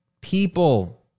People